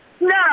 no